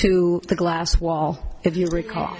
to the glass wall if you recall